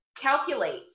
calculate